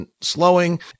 slowing